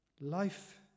Life